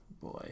Boy